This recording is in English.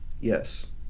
Yes